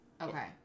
Okay